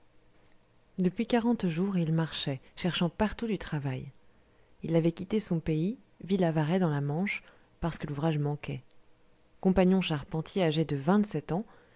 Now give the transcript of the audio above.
depuis quarante jours il marchait cherchant partout du travail il avait quitté son pays ville avaray dans la manche parce que l'ouvrage manquait compagnon charpentier âgé de vingt-sept ans